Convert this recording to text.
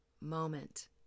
moment